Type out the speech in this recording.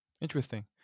Interesting